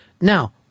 Now